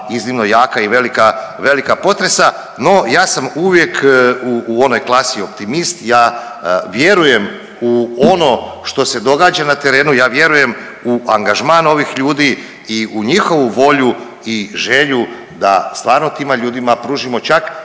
iznimno jaka i velika, velika potresa. No ja sam uvijek u onoj klasi optimist, ja vjerujem u ono što se događa na terenu, ja vjerujem u angažman ovih ljudi i u njihovu volju i želju da stvarno tima ljudima pružimo čak